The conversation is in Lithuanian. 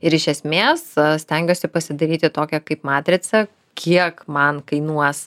ir iš esmės stengiuosi pasidaryti tokią kaip matricą kiek man kainuos